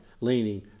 leaning